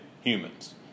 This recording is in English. humans